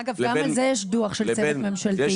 אגב, גם על זה יש דוח של צוות ממשלתי, שלא יושם.